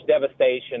devastation